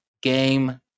game